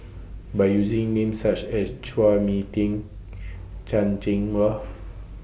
By using Names such as Chua Mia Tee Chan Cheng Wah